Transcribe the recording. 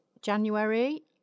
January